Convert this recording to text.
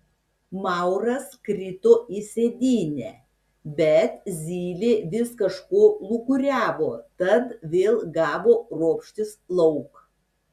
mauras krito į sėdynę bet zylė vis kažko lūkuriavo tad vėl gavo ropštis lauk